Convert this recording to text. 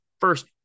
first